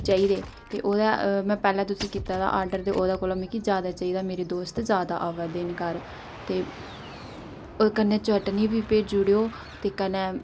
ओह्दा में पैह्लें तुसें ई कीता दा आर्डर ते ओह्दे कोला मी जैदा चाहिदे मेरे दोस्त जैदा आवै दे न घर ते कन्नै चटनी भी भेजी ओड़ेओ ते